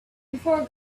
before